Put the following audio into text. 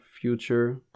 future